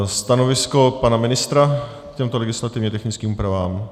Stanovisko pana ministra k těmto legislativně technickým úpravám?